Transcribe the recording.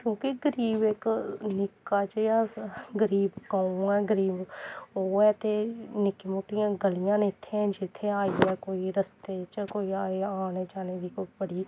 क्योंकि गरीब इक निक्का जेहा गरीब गांव ऐ गरीब ओह् ऐ ते निक्की मुट्टियां ग'लियां न इत्थै जित्थै आइयै कोई रस्ते च कोई आए औने जाने दी कोई बड़ी